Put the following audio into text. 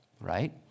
right